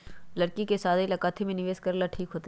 लड़की के शादी ला काथी में निवेस करेला ठीक होतई?